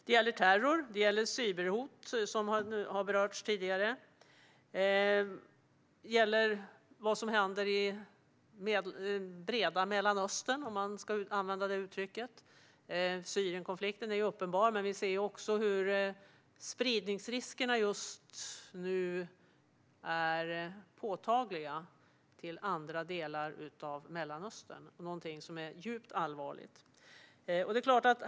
Det kan gälla terror eller cyberhot, som har berörts tidigare, eller vad som händer i breda Mellanöstern, om man ska använda det uttrycket. Syrienkonflikten är ett uppenbart område, och vi ser även hur risken för spridning till andra delar av Mellanöstern just nu är påtaglig, vilket är mycket allvarligt.